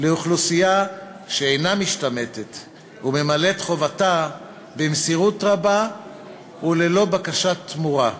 לאוכלוסייה שאינה משתמטת וממלאת חובתה במסירות רבה וללא בקשת תמורה.